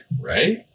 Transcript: right